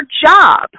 job